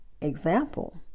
example